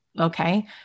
okay